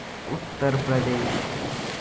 Uttar Pradesh